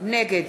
נגד